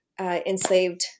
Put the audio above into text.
enslaved